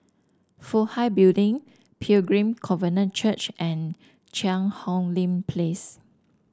Fook Hai Building Pilgrim Covenant Church and Cheang Hong Lim Place